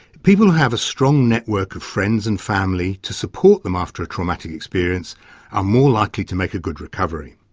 people who have a strong network of friends and family to support them after a traumatic experience are more likely to make a good recovery.